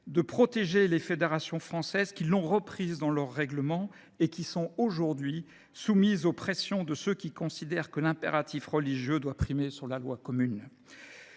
de protéger les fédérations françaises qui l’ont reprise dans leur règlement et qui sont aujourd’hui soumises aux pressions de ceux pour qui l’impératif religieux doit primer la loi commune.